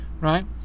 right